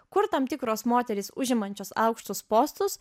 kur tam tikros moterys užimančios aukštus postus